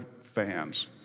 fans